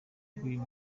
bw’uyu